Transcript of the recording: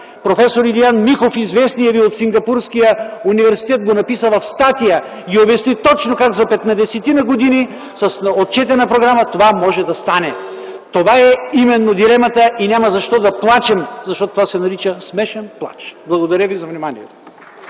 може да стане. Известният ви от Сингапурския университет проф. Илия Михов го написа в статия и обясни точно как за 15-ина години, с отчетена програма това може да стане. Това именно е дилемата и няма защо да плачем, защото това се нарича смешен плач. Благодаря, ви за вниманието.